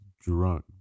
drunk